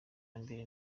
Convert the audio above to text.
hambere